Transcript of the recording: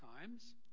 times